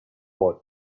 bot